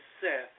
Seth